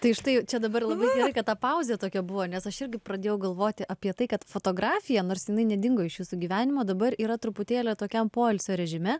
tai štai čia dabar labai gerai kad ta pauzė tokia buvo nes aš irgi pradėjau galvoti apie tai kad fotografija nors jinai nedingo iš jūsų gyvenimo dabar yra truputėlį tokiam poilsio režime